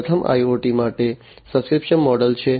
પ્રથમ IoT માટે subscription model છે